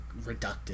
reductive